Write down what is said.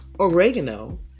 oregano